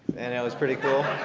and it was pretty cool.